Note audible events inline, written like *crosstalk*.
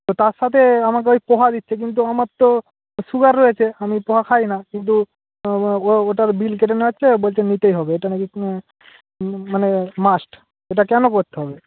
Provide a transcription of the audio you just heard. তো তার সাথে আমাকে ওই পোহা দিচ্ছে কিন্তু আমার তো সুগার রয়েছে আমি পোহা খাই না কিন্তু ওটার বিল কেটে নেওয়া হচ্ছে আর বলছে নিতেই হবে ওটা নাকি *unintelligible* মানে মাস্ট ওটা কেন করতে হবে